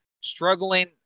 struggling